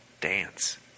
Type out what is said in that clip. dance